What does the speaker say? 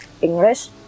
English